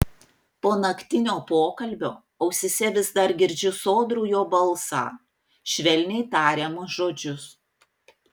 po naktinio pokalbio ausyse vis dar girdžiu sodrų jo balsą švelniai tariamus žodžius